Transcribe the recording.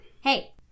hey